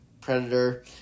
Predator